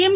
એમ